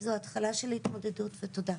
זו התחלה של התמודדות ותודה.